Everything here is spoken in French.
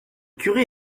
curés